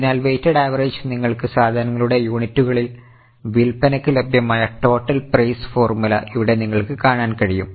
അതിനാൽ weighted average നിങ്ങൾക്ക് സാധനങ്ങളുടെ യൂണിറ്റുകളിൽ വിൽപ്പനക്ക് ലഭ്യമായ ടോട്ടൽ പ്രൈസ് ഫോർമുല ഇവിടെ നിങ്ങൾക്ക് കാണാൻ കഴിയും